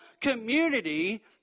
community